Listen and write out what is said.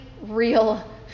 real